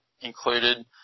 included